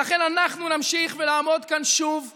ולכן אנחנו נמשיך, ונעמוד כאן שוב ושוב,